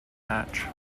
hatch